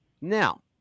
now